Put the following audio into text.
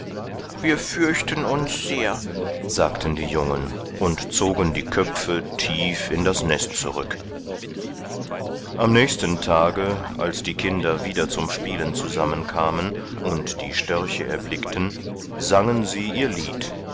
wir fürchten uns sehr sagten die jungen und zogen die köpfe tief in das nest zurück am nächsten tage als die kinder wieder zum spielen zusammenkamen und die störche erblickten sangen sie ihr lied